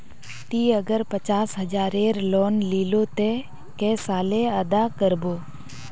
ती अगर पचास हजारेर लोन लिलो ते कै साले अदा कर बो?